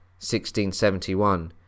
1671